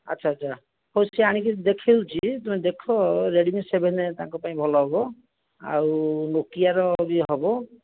ଆଚ୍ଛା ଆଚ୍ଛା ହଉ ସିଏ ଆଣିକି ଦେଖାଉଛି ତୁମେ ଦେଖ ରେଡ଼ମି ସେଭେନ୍ ତାଙ୍କ ପାଇଁ ଭଲ ହବ ଆଉ ନୋକିଆର ବି ହବ